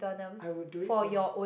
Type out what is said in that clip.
I would do it from a